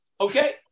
Okay